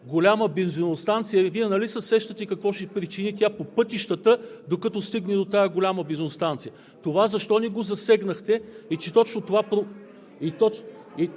голяма бензиностанция – Вие нали се сещате какво ще причини тя по пътищата, докато стигне до тази голяма бензиностанция?! Това защо не го засегнахте и че точно това...